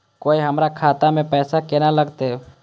कोय हमरा खाता में पैसा केना लगते?